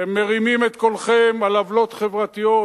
אתם מרימים קולכם על עוולות חברתיות,